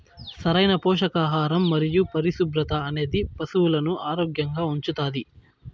సరైన పోషకాహారం మరియు పరిశుభ్రత అనేది పశువులను ఆరోగ్యంగా ఉంచుతాది